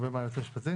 עורך דין.